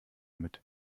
mit